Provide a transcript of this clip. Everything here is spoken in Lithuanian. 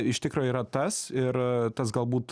iš tikro yra tas ir tas galbūt